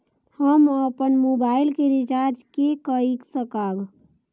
हम अपन मोबाइल के रिचार्ज के कई सकाब?